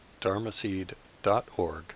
dharmaseed.org